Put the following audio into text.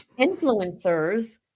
influencers